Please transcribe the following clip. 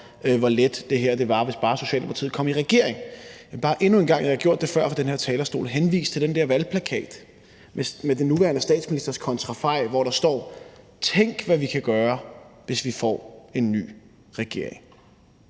hvor let det var, hvis bare Socialdemokratiet kom i regering. Jeg vil bare endnu en gang – jeg har gjort det før fra den her talerstol – henvise til den der valgplakat med den nuværende statsministers kontrafej, hvor der står: »Tænk hvad vi kan gøre, hvis vi får en ny regering«.